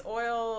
oil